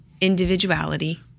individuality